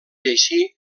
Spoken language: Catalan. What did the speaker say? així